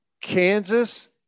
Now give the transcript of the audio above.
Kansas